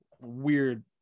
weird